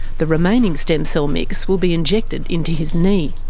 the remaining stem cell mix will be injected into his knee.